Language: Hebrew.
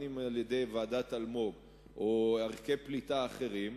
אם על-ידי ועדת-אלמוג או ערכי פליטה אחרים,